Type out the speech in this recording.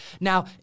Now